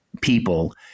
people